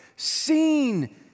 Seen